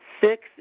Six